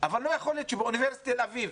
אבל לא יכול להיות שבאוניברסיטת תל אביב